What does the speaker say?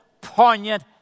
poignant